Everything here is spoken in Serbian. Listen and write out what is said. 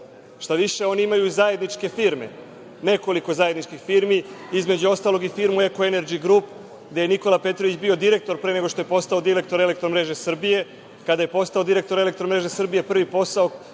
Šta više, oni imaju zajedničke firme, nekoliko zajedničkih firmi, između ostalog i firmu „Eko enerdži grup“, gde je Nikola Petrović bio direktor pre nego što je postao direktor „Elektromreže Srbije“. Kada je postao direktor „Elektromreže Srbije“, prvi posao